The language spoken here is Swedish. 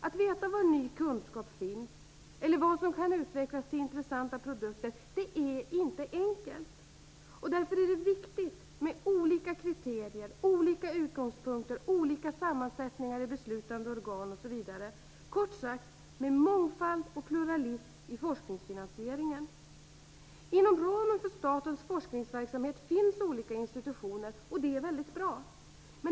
Att veta var ny kunskap finns eller vad som kan utvecklas till intressanta produkter är inte enkelt. Därför är det viktigt med olika kriterier, olika utgångspunkter, olika sammansättningar i beslutande organ osv. Det är kort sagt viktigt med mångfald och pluralism i forskningsfinansieringen. Inom ramen för statens forskningsverksamhet finns olika institutioner, och det är väldigt bra.